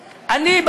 אני,